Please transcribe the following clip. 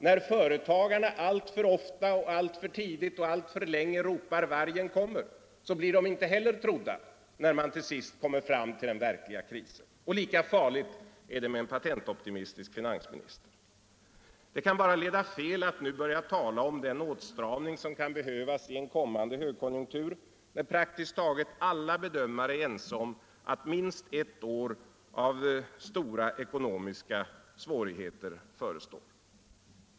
Om företagarna alltför ofta och alltför tidigt och alltför länge ropar ”vargen kommer”, blir de inte trodda när man till sist kommer fram till den verkliga krisen. Lika farligt är det med en patentoptimistisk finansminister. Det kan bara leda fel att nu börja tala om den åtstramning som kan behövas i en kommande högkonjunktur, när praktiskt taget alla bedömare är ense om att minst ett år av stora ekonomiska svårigheter förestår.